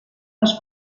les